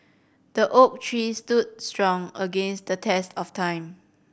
the oak tree stood strong against the test of time